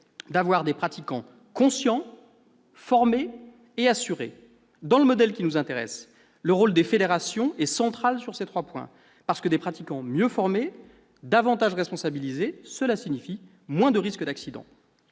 d'avoir des pratiquants conscients, formés, assurés. Dans le modèle qui nous intéresse, le rôle des fédérations est central sur ces trois points. Car des pratiquants mieux formés, davantage responsabilisés, cela signifie moins de risque d'accident.